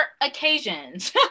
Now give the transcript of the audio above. occasions